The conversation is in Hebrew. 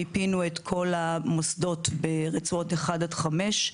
מיפינו את כל המוסדות ברצועות 1 עד 5,